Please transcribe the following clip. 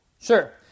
Sure